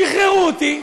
שחררו אותי,